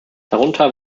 darunter